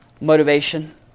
motivation